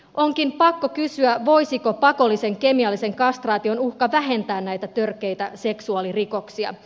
onkin pakko kysyä voisiko pakollisen kemiallisen kastraation uhka vähentää näitä törkeitä seksuaalirikoksia